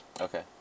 Okay